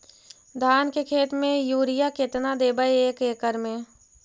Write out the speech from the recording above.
धान के खेत में युरिया केतना देबै एक एकड़ में?